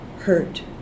hurt